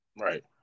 right